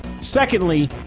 Secondly